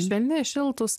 švelni šiltūs